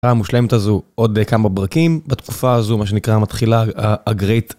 המושלמת הזו עוד כמה פרקים בתקופה הזו מה שנקרא מתחילה ה-Great